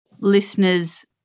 listeners